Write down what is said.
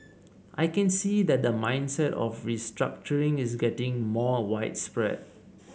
I can see that the mindset of restructuring is getting more widespread